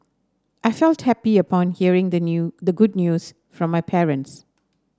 I felt happy upon hearing the new the good news from my parents